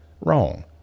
Wrong